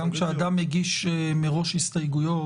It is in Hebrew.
גם כשאדם מגיש מראש הסתייגויות,